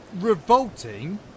revolting